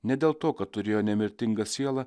ne dėl to kad turėjo nemirtingą sielą